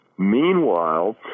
Meanwhile